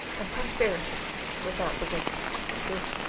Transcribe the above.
and prosperity without the waste of superfluity